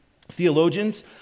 Theologians